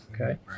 Okay